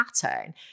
pattern